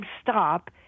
stop